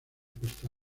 costa